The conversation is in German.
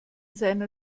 seiner